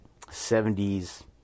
70s